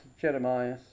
Jeremiah